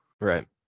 Right